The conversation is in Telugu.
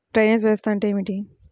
డ్రైనేజ్ వ్యవస్థ అంటే ఏమిటి?